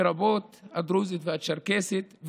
לרבות הדרוזית והצ'רקסית,